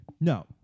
No